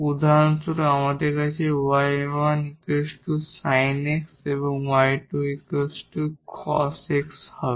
উদাহরণস্বরূপ আমাদের আছে 𝑦1 sin 𝑥 𝑦2 cos x হবে